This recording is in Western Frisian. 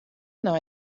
nei